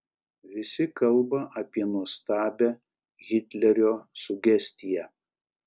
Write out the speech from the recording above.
visi kalba apie nuostabią hitlerio sugestiją